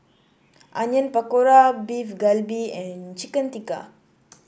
Onion Pakora Beef Galbi and Chicken Tikka